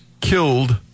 killed